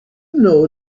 know